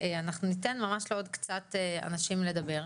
אנחנו ניתן ממש לעוד קצת אנשים לדבר,